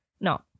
No